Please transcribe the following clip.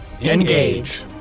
Engage